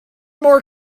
more